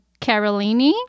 Carolini